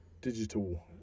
digital